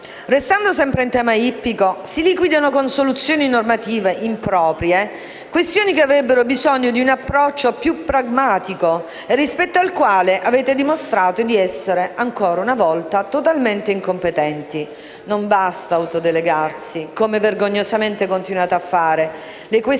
restando sempre in tema ippico, si liquidano con soluzioni normative improprie questioni che avrebbero bisogno di un approccio più pragmatico, rispetto al quale avete dimostrato, ancora una volta, di essere totalmente incompetenti. Non basta autodelegarsi come vergognosamente continuate a fare.